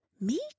Me